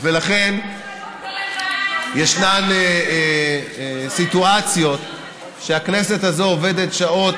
ולכן יש סיטואציות שהכנסת הזאת עובדת בשעות